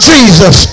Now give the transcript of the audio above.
Jesus